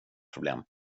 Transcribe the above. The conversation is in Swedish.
problem